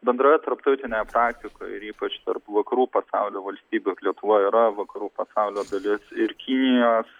bendroje tarptautinėje praktikoj ir ypač tarp vakarų pasaulio valstybių lietuva yra vakarų pasaulio dalis ir kinijos